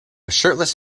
shirtless